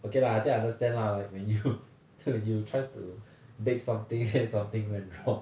okay lah I think I understand lah like when you when you try to bake something then something went wrong